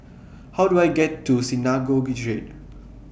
How Do I get to Synagogue Street